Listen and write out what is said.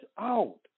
out